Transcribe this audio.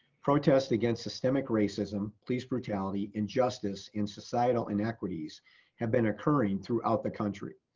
protest against systemic racism, police brutality, injustice in societal inequities have been occurring throughout the country.